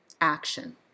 action